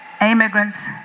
immigrants